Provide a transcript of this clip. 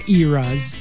eras